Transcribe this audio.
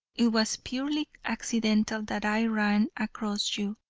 it was purely accidental that i ran across you.